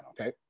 okay